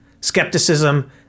skepticism